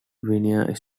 veneer